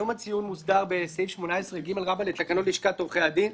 היום הציון מוסדר בסעיף 18ג רבה לתקנות לשכת עורכי הדין,